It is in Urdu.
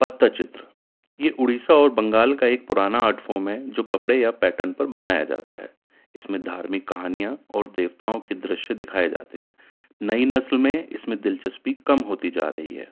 پت چتر یہ اڑیسہ اور بنگال کا ایک پرانا آرٹ فام ہے جو کپڑے یا پیٹرن پر بنایا جاتا ہے اس میں دھارمک کہانیاں اور دیوتاؤں کے درشیہ دکھائے جاتے ہیں نئی نسل میں اس میں دلچسپی کم ہوتی جا رہی ہے